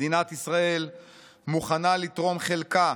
מדינת ישראל מוכנה לתרום חלקה